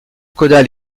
caudale